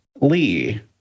Lee